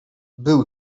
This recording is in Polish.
był